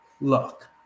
look